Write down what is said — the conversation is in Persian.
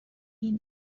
این